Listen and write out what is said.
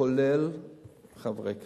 כולל חברי כנסת.